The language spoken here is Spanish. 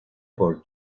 por